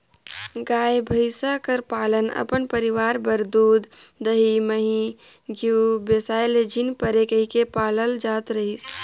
गाय, भंइस कर पालन अपन परिवार बर दूद, दही, मही, घींव बेसाए ले झिन परे कहिके पालल जात रहिस